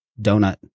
donut